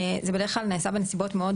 זה בדרך כלל נעשה בנסיבות מאוד